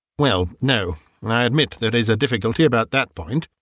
well, no and i admit there is a difficulty about that point.